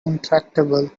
intractable